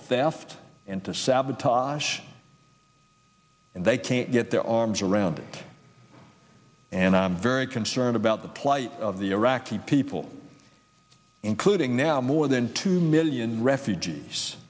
theft and to sabotage and they can't get their arms around it and i'm very concerned about the plight of the iraqi people including now more than two million refugees